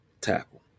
tackle